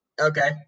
Okay